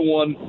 one